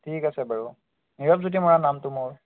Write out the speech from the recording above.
ঠিক আছে বাৰু নামটো মোৰ